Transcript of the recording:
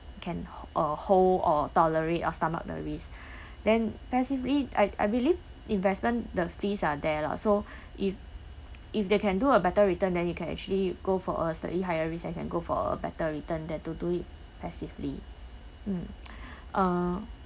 can uh hold or tolerate or stomach the risk then passively I I believe investment the fees are there lah so if if they can do a better return then you can actually go for a slightly higher risk I can go for a better return than to do it passively mm uh